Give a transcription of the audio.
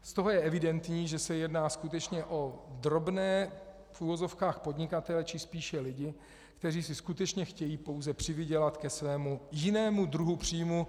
Z toho je evidentní, že se jedná skutečně o drobné v uvozovkách podnikatele, či spíše lidi, kteří si skutečně chtějí pouze přivydělat ke svému jinému druhu příjmu.